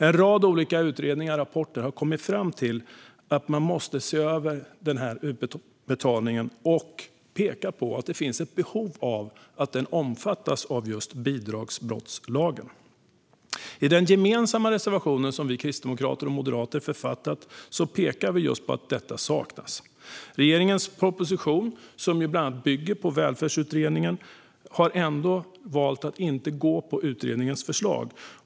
En rad olika utredningar och rapporter har kommit fram till att man måste se över denna utbetalning och pekar på att det finns ett behov av att den omfattas av just bidragsbrottslagen. I den gemensamma reservation som vi kristdemokrater och moderater författat pekar vi på att detta saknas. Regeringen har i sin proposition, som bland annat bygger på Välfärdsutredningen, valt att inte gå på utredningens förslag.